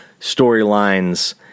storylines